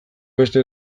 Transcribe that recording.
beste